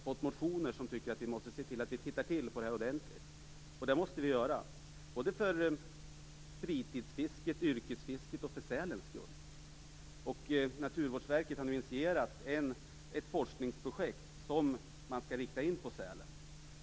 I flera motioner krävs det en ordentlig översyn. En sådan måste göras, såväl för fritidsfiskets och yrkesfiskets som för sälens skull. Naturvårdsverket har initierat ett forskningsprojekt som skall inriktas på sälarna.